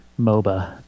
MOBA